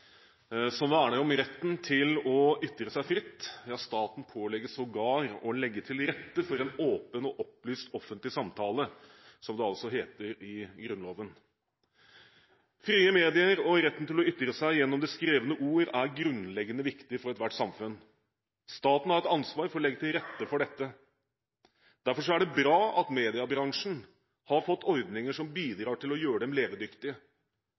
som verner om retten til å ytre seg fritt. Ja, staten pålegger sågar «å legge til rette for en åpen og opplyst offentlig samtale», som det altså heter i Grunnloven. Frie medier og retten til å ytre seg gjennom det skrevne ord er grunnleggende viktig for ethvert samfunn. Staten har et ansvar for å legge til rette for dette. Derfor er det bra at mediebransjen har fått ordninger som bidrar til å gjøre dem levedyktige,